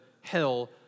hell